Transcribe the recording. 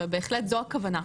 ובהחלט זו הכוונה.